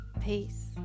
peace